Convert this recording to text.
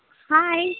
hi